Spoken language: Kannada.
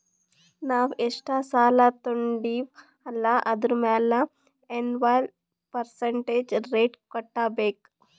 ನಾವ್ ಎಷ್ಟ ಸಾಲಾ ತೊಂಡಿವ್ ಅಲ್ಲಾ ಅದುರ್ ಮ್ಯಾಲ ಎನ್ವಲ್ ಪರ್ಸಂಟೇಜ್ ರೇಟ್ ಕಟ್ಟಬೇಕ್